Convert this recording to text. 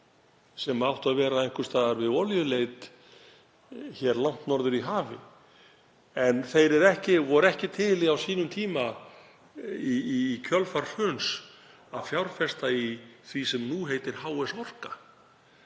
sem áttu að vera einhvers staðar við olíuleit hér langt norður í hafi. En þeir voru ekki til í á sínum tíma, í kjölfar hruns, að fjárfesta í því sem nú heitir HS Orka,